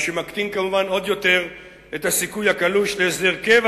מה שמקטין כמובן עוד יותר את הסיכוי הקלוש להסדר קבע